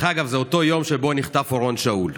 דרך אגב, זה אותו היום שבו נחטף אורון שאול.